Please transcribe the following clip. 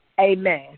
Amen